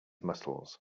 muscles